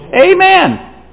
Amen